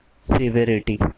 Severity